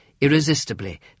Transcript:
irresistibly